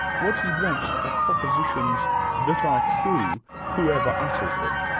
what he wants are propositions that are true, whoever utters them.